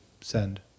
Send